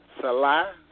Salah